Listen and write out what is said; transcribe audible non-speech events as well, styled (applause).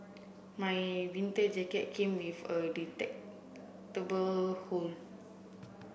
my winter jacket came with a (unintelligible) hood